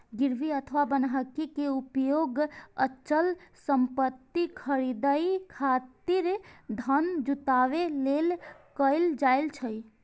गिरवी अथवा बन्हकी के उपयोग अचल संपत्ति खरीदै खातिर धन जुटाबै लेल कैल जाइ छै